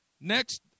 Next